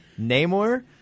Namor